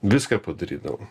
viską padarydavo